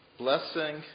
blessing